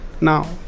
now